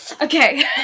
Okay